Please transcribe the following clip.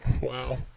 Wow